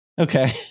okay